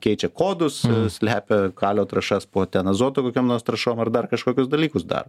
keičia kodus slepia kalio trąšas po ten azoto kokio nors trąšom ar dar kažkokius dalykus daro